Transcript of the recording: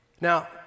Now